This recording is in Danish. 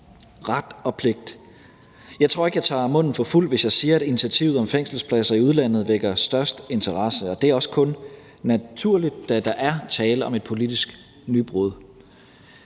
ikke, at jeg tager munden for fuld, hvis jeg siger, at initiativet om fængselspladser i udlandet vækker størst interesse, og det er også kun naturligt, da der er tale om et politisk nybrud.